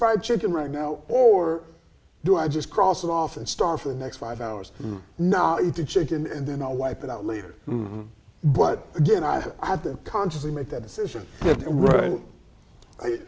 fried chicken right now or do i just cross it off and start for the next five hours you know eating chicken and then i'll wipe it out later but again i have to consciously make that decision right